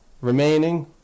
remaining